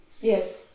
yes